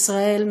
ישראל,